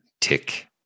tick